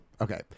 Okay